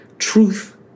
truth